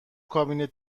کابینت